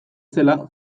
zela